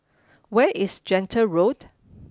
where is Gentle Road